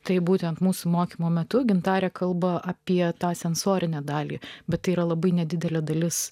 taip būtent mūsų mokymo metu gimtąja kalba apie tą sensorinę dalį bet tai yra labai nedidelė dalis